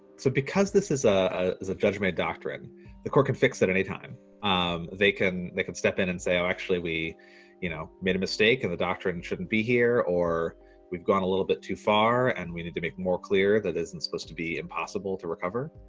so because this is ah ah is a judge-made doctrine the court can fix that anytime um they can they could step in and say, oh actually we you know made a mistake and the doctrine shouldn't be here, or we've gone a little bit too far and we need to make more clear that isn't supposed to be impossible to recover.